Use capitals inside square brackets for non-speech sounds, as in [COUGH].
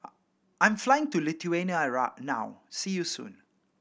I am flying to Lithuania [UNINTELLIGIBLE] now see you soon